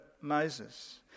Moses